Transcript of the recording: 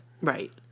Right